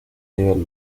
nivel